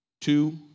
Two